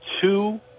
two